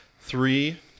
Three